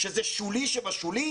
שזה שולי שבשולי?